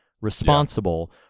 responsible